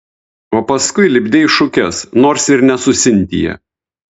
o paskui lipdei šukes nors ir ne su sintija